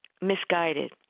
misguided